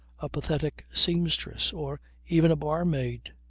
a pathetic seamstress or even a barmaid.